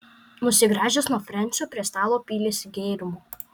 nusigręžęs nuo frensio prie stalo pylėsi gėrimo